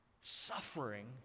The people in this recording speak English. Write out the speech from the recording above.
suffering